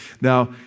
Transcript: Now